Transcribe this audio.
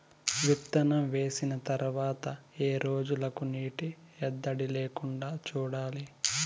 విత్తనం వేసిన తర్వాత ఏ రోజులకు నీటి ఎద్దడి లేకుండా చూడాలి?